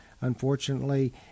unfortunately